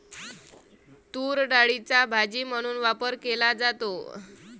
तूरडाळीचा भाजी म्हणून वापर केला जातो